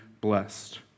blessed